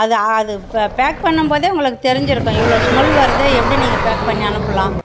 அதை அது இப்போ பேக் பண்ணும் போதே உங்களுக்கு தெரிஞ்சிருக்கும் இவ்வளோ ஸ்மெல் வருது எப்படி நீங்கள் பேக் பண்ணி அனுப்புலாம்